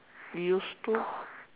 used to